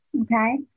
okay